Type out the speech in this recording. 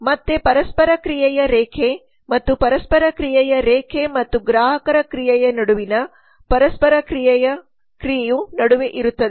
ಮತ್ತೆ ಪರಸ್ಪರ ಕ್ರಿಯೆಯ ರೇಖೆ ಮತ್ತು ಪರಸ್ಪರ ಕ್ರಿಯೆಯ ರೇಖೆ ಮತ್ತು ಗ್ರಾಹಕರ ಕ್ರಿಯೆಯ ನಡುವಿನ ಪರಸ್ಪರ ಕ್ರಿಯೆಯ ನಡುವೆ ಇರುತ್ತದೆ